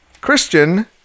Christian